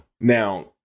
Now